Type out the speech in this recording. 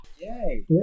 Yay